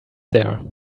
there